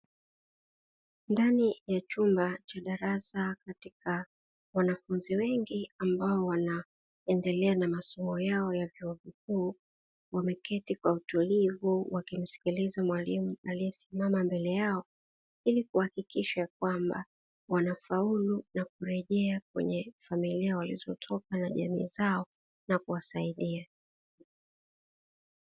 Ndani ya chumba cha darasa katika wanafunzi wengi ambao wanaendelea na masomo yao ya vyuo vikuu, wameketi kwa utilivuu wakimsikiliza mwalimu aliyesimama mbele yao, ili kuhakikisha ya kwamba wanafaulu na kurejea kwenye familia walizotoka na jamii zao na kuwasaidia.